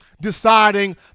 deciding